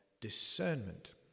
discernment